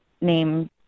named